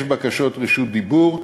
יש בקשות רשות דיבור.